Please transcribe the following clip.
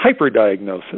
hyperdiagnosis